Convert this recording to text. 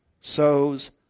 sows